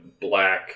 black